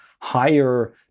higher